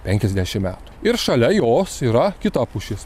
penkiasdešimt metų ir šalia jos yra kita pušis